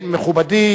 מכובדי,